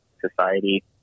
Society